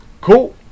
Cool